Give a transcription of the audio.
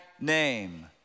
name